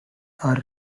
are